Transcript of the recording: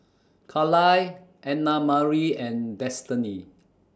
Carlyle Annamarie and Destany